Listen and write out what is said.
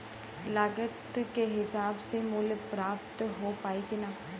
लागत के हिसाब से मूल्य प्राप्त हो पायी की ना?